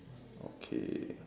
okay